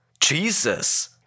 Jesus